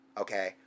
Okay